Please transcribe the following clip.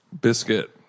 Biscuit